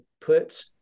put